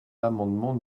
l’amendement